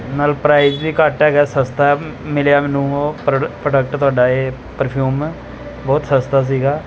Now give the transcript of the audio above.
ਨਾਲ ਪ੍ਰਾਈਜ ਵੀ ਘੱਟ ਹੈਗਾ ਸਸਤਾ ਮਿਲਿਆ ਮੈਨੂੰ ਉਹ ਪ੍ਰ ਪ੍ਰੋਡਕਟ ਤੁਹਾਡਾ ਇਹ ਪਰਫਿਊਮ ਬਹੁਤ ਸਸਤਾ ਸੀਗਾ